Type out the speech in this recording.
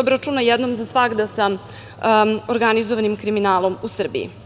obračuna jednom za svagda sa organizovanim kriminalom u Srbiji.